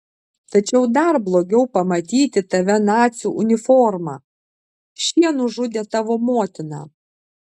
tačiau dar blogiau pamatyti tave nacių uniforma šie nužudė tavo motiną